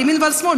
מימין ומשמאל,